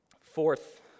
fourth